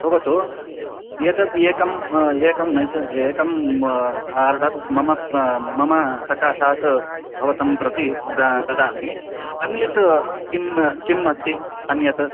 भवतु एतद् एकम् एकं मैसूर् एकम् आर्डर् मम मम सकाशात् भवतं प्रति द ददामि अन्यत् किं किम् अस्ति अन्यत्